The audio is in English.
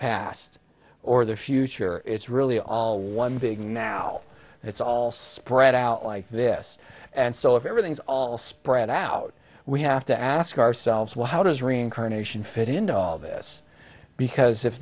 past or the future it's really all one big now it's all spread out like this and so if everything's all spread out we have to ask ourselves well how does reincarnation fit into all this because if